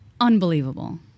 unbelievable